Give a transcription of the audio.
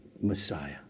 Messiah